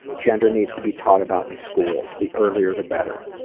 gender needs to be taught about in schools, the earlier the better.